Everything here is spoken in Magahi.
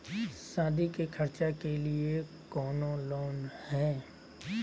सादी के खर्चा के लिए कौनो लोन है?